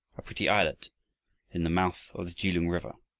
a pretty islet in the mouth of the kelung river.